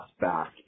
back